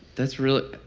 that's really,